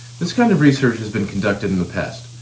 this kind of research has been conducted in the past,